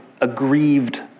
aggrieved